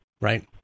right